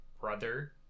brother